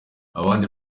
abandi